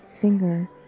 finger